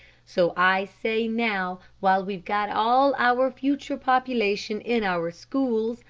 so i say now, while we've got all our future population in our schools,